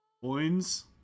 coins